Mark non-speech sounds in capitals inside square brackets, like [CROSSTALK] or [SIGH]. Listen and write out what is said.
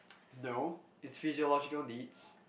[NOISE] no is physiological needs